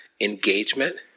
engagement